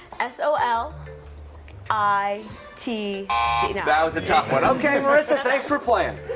s o l i t that was a tough one. okay. marissa thanks for playing.